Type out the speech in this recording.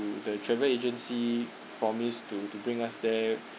the travel agency promise to to bring us there